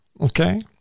okay